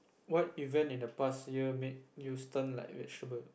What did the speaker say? what event in the past year made you stunned like vegetable